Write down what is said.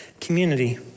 community